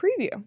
preview